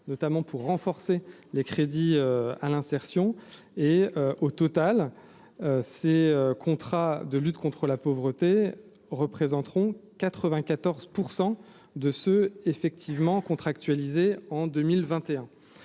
notamment pour renforcer les crédits à l'insertion et au total, ces contrats de lutte contre la pauvreté représenteront 94 % de ce effectivement contractualisé en 2021,